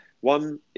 one